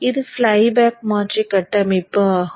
இது ஃப்ளைபேக் மாற்றி கட்டமைப்பு ஆகும்